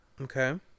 okay